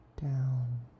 Down